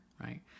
right